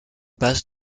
basse